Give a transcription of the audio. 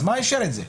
מה אישר את זה?